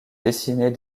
dessiner